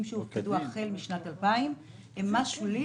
שהופקדו החל משנת 2000 הוא מס שולי,